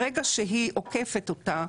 ברגע שהיא עוקפת אותה,